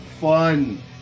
fun